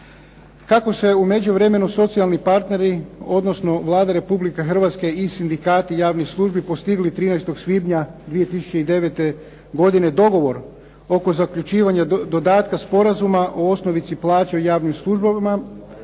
Kako se u međuvremenu socijalni partneri odnosno Vlada Republike Hrvatske i sindikati javnih službi postigli 13. svibnja 2009. godine dogovor oko zaključivanja dodatka sporazuma o osnovici plaća u javnim službama